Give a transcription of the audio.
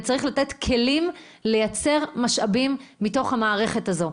וצריך לתת כלים לייצר משאבים מתוך המערכת הזו.